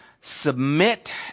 submit